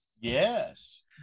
Yes